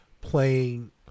playing